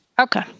Okay